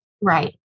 Right